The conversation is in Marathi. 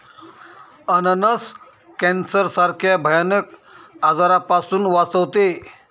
अननस कॅन्सर सारख्या भयानक आजारापासून वाचवते